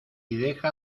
deja